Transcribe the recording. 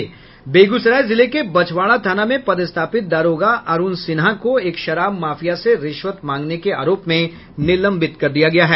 बेगूसराय जिले के बछवाड़ा थाना मे पदस्थापित दारोगा अरूण सिन्हा को एक शराब माफिया से रिश्वत मांगने के आरोप में निलंबित कर दिया गया है